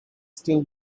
still